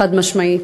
חד-משמעית.